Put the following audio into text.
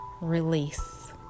release